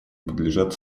подлежат